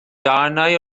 darnau